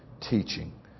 teaching